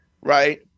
right